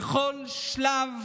בכל שלב